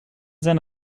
sein